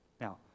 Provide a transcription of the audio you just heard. Now